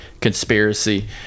conspiracy